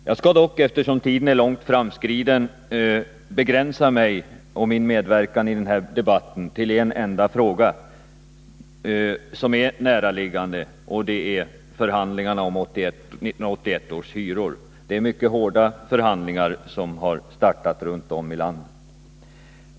Jag skall dock — eftersom tiden är långt framskriden — begränsa min medverkan i den här debatten till en enda fråga som är näraliggande, och det är förhandlingarna om 1981 års hyror. Det är mycket hårda förhandlingar som har startat runt om i landet.